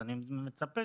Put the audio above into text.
אני מצפה